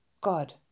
God